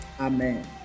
Amen